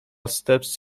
steps